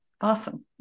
awesome